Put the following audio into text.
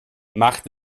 macht